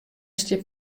stiet